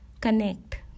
connect